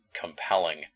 compelling